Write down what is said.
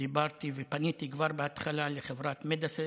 דיברתי ופניתי כבר בהתחלה לחברת מדאסיס,